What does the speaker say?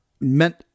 meant